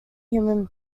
human